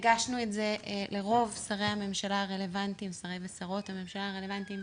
הגשנו את זה לרוב שרי ושרות הממשלה הרלוונטיים.